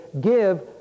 give